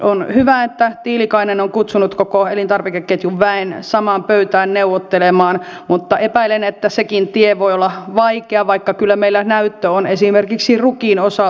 on hyvä että tiilikainen on kutsunut koko elintarvikeketjun väen samaan pöytään neuvottelemaan mutta epäilen että sekin tie voi olla vaikea vaikka kyllä meillä näyttöä on esimerkiksi rukiin osalta